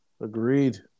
agreed